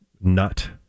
nut